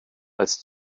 als